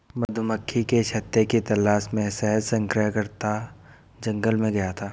मधुमक्खी के छत्ते की तलाश में शहद संग्रहकर्ता जंगल में गया था